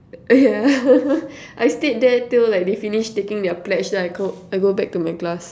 yeah I stayed there till like they finished taking their pledge then I go I go back to my class